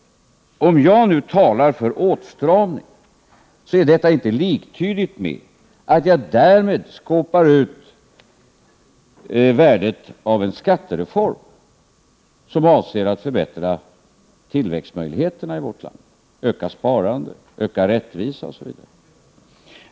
Om jag nu talar för åtstramning är det inte liktydigt med att jag därmed skåpar ut värdet av en skattereform som avser att förbättra tillväxtmöjligheterna i vårt land, öka sparande, öka rättvisa osv.